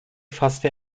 fasste